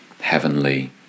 heavenly